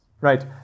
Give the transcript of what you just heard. Right